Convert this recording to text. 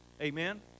Amen